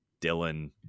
Dylan